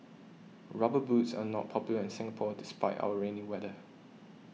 rubber boots are not popular in Singapore despite our rainy weather